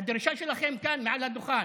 הדרישה שלכם כאן מעל הדוכן,